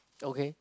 okay